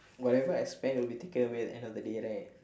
whatever I spend will be taken away at the end of the day right